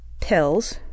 pills